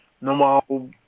normal